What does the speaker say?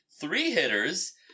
three-hitters